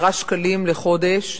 ב-10 שקלים לחודש,